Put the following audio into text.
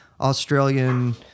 Australian